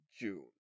June